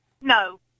No